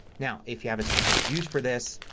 now if you have a specific use for this,